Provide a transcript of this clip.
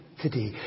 today